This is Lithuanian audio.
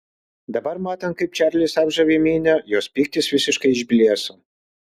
dabar matant kaip čarlis apžavi minią jos pyktis visiškai išblėso